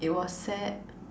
it was sad